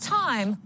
time